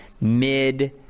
mid-